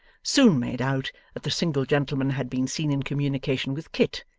soon made out that the single gentleman had been seen in communication with kit,